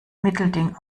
mittelding